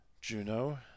Juno